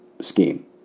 scheme